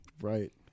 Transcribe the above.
Right